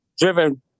driven